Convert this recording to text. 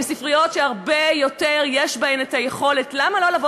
הן ספריות שיש בהן היכולת הרבה יותר.